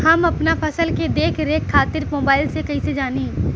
हम अपना फसल के देख रेख खातिर मोबाइल से कइसे जानी?